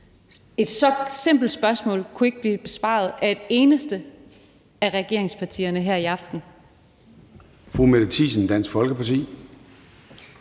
Et så simpelt spørgsmål kunne ikke blive besvaret af et eneste af regeringspartierne her i aften.